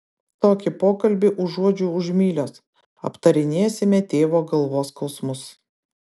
tokį pokalbį užuodžiu už mylios aptarinėsime tėvo galvos skausmus